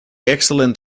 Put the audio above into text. excellent